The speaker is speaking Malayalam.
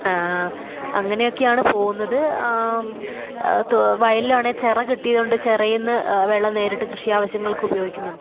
അങ്ങനെയൊക്കെയാണ് പോവുന്നത് വയലിലാണേൽ ചിറ കെട്ടിയതുകൊണ്ട് ചിറയിൽനിന്ന് വെള്ളം നേരിട്ട് കൃഷി ആവശ്യങ്ങൾക്ക് ഉപയോഗിക്കുന്നുണ്ട്